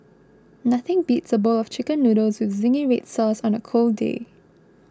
nothing beats a bowl of Chicken Noodles with Zingy Red Sauce on a cold day